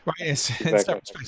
right